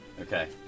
Okay